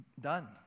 done